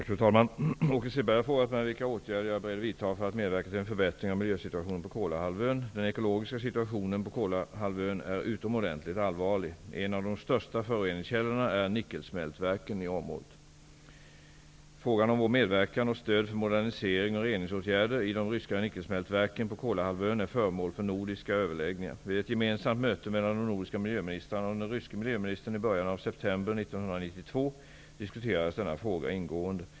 Fru talman! Åke Selberg har frågat mig vilka åtgärder jag är beredd att vidta för att medverka till en förbättring av miljösituationen på Kolahalvön. Den ekologiska situationen på Kolahalvön är utomordentligt allvarlig. En av de största föroreningskällorna är nickelsmältverken i området. Frågan om vår medverkan och stöd för modernisering och reningsåtgärder i de ryska nickelsmältverken på Kolahalvön är föremål för nordiska överläggningar. Vid ett gemensamt möte mellan de nordiska miljöministrarna och den ryske miljöministern i början av september 1992 diskuterades denna fråga ingående.